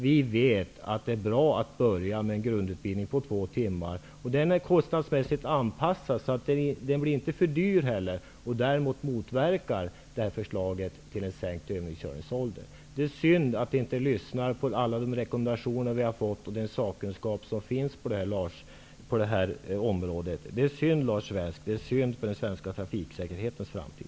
Vi vet att det är bra att börja med en grundutbildning på två timmar, vilken kostnadsmässigt anpassas så att den inte blir för dyr. Därigenom motverkas förslaget om sänkt övningskörningsålder. Det är synd, Lars Svensk, att man inte lyssnar på alla de rekommendationer som lämnats och på den sakkunskap som finns på det här området. Det är synd med tanke på den svenska trafiksäkerhetens framtid.